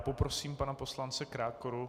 Poprosím pana poslance Krákoru.